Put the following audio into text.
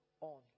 on